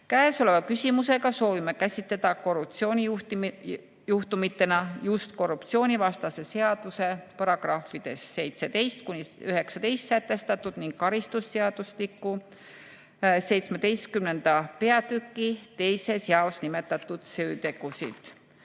Selle küsimusega soovime käsitleda korruptsioonijuhtumitena just korruptsioonivastase seaduse §‑des 17–19 sätestatud ning karistusseadustiku 17. peatüki 2. jaos nimetatud süütegusid.